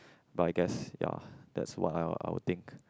but I guess ya that's what I'll I'll think